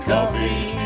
Coffee